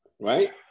right